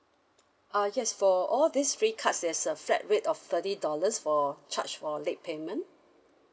uh yes for all these three cards there's a flat rate of thirty dollars for charge for late payment